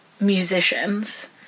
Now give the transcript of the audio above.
musicians